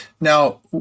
Now